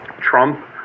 trump